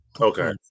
Okay